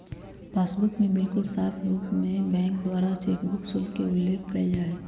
passbook में बिल्कुल साफ़ रूप से बैंक के द्वारा चेकबुक शुल्क के उल्लेख कइल जाहई